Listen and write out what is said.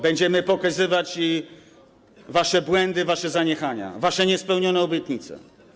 Będziemy pokazywać wasze błędy, wasze zaniechania, wasze niespełnione obietnice.